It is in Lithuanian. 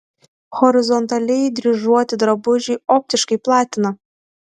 horizontaliai dryžuoti drabužiai optiškai platina